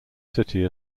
city